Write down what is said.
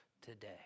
today